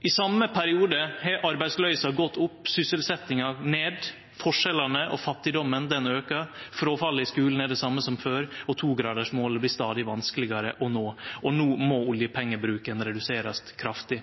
I same periode har arbeidsløysa gått opp, sysselsetjinga har gått ned, forskjellane og fattigdomen aukar, fråfallet i skulen er det same som før, togradarsmålet blir stadig vanskelegare å nå, og no må oljepengebruken reduserast kraftig.